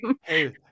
hey